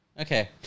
Okay